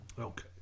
Okay